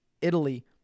Italy